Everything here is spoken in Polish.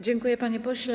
Dziękuję, panie pośle.